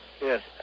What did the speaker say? Yes